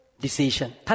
Decision